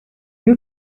you